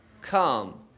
come